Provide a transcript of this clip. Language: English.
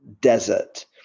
desert